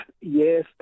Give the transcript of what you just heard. Yes